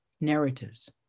narratives